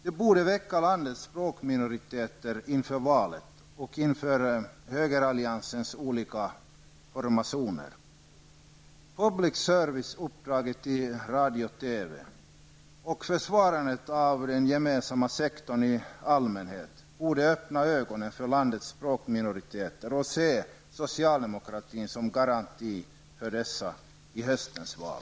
Det borde väcka landets språkminoriteter inför valet och inför högeralliansens olika formationer. Public serviceuppdraget till Sveriges Radio och Sveriges Television och försvarandet av den gemensamma sektorn i allmänhet borde öppna ögonen för landets språkminoriteter för att se socialdemokratin som garanten för dessa i höstens val.